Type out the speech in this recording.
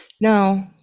No